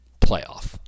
playoff